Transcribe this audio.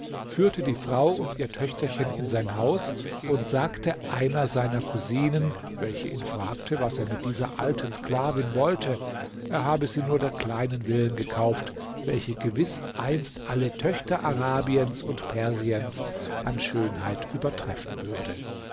führte die frau und ihr töchterchen in sein haus und sagte einer seiner cousinen welche ihn fragte was er mit dieser alten sklavin wollte er habe sie nur der kleinen willen gekauft welche gewiß einst alle töchter arabiens und persiens an schönheit übertreffen würde